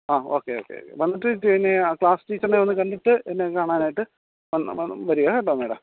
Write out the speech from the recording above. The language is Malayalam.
ആ ഓക്കെ ഓക്കെ ഓക്കെ വന്നിട്ട് പിന്നെ ക്ലാസ് ടീച്ചർനേയൊന്ന് കണ്ടിട്ട് എന്നെ കാണാനായിട്ട് വന്ന് വരിക കേട്ടോ മേഡം